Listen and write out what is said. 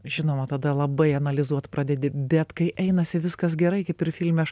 žinoma tada labai analizuot pradedi bet kai einasi viskas gerai kaip ir filme aš